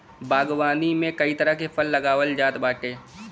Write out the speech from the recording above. बागवानी में कई तरह के फल लगावल जात बाटे